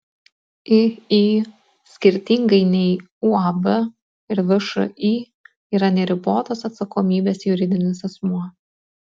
iį skirtingai nei uab ir všį yra neribotos atsakomybės juridinis asmuo